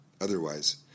Otherwise